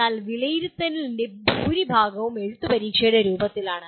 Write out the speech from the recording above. എന്നാൽ വിലയിരുത്തലിന്റെ ഭൂരിഭാഗവും എഴുത്തുപരീക്ഷയുടെ രൂപത്തിലാണ്